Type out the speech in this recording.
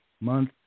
month